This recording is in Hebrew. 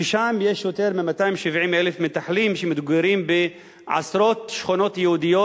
שם יש יותר מ-270,000 מתנחלים שמתגוררים בעשרות שכונות יהודיות,